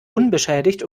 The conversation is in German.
unbeschädigt